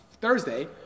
Thursday